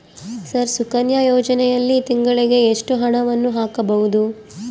Sir Sukanya ಯೋಜನೆಯಲ್ಲಿ ತಿಂಗಳಿಗೆ ಎಷ್ಟು ಹಣವನ್ನು ಹಾಕಬಹುದು?